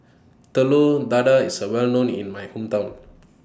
Telur Dadah IS Well known in My Hometown